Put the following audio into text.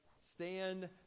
stand